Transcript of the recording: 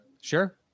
Sure